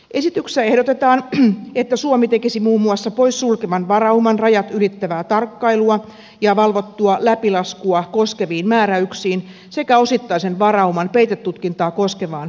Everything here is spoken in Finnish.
esityksessä ehdotetaan että suomi tekisi muun muassa poissulkevan varauman rajat ylittävää tarkkailua ja valvottua läpilaskua koskeviin määräyksiin sekä osittaisen varauman peitetutkintaa koskevaan määräykseen